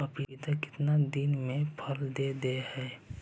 पपीता कितना दिन मे फल दे हय?